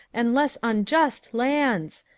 and less unjust lands.